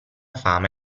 fama